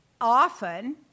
often